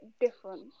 different